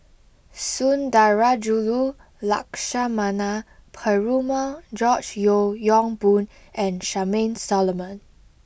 Sundarajulu Lakshmana Perumal George Yeo Yong Boon and Charmaine Solomon